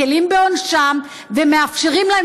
מקילים בעונשם ומאפשרים להם,